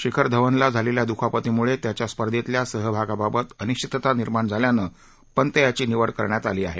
शिखर धवनला झालेल्या दुखापतीमुळे त्याच्या स्पर्धेतल्या सहभागाबाबत अनिश्वितता निर्माण झाल्यानं पंत याची निवड करण्यात आली आहे